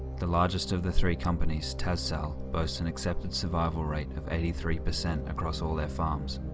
the largest of the three companies, tassal, boasts an accepted survival rate of eighty three percent across all their farms.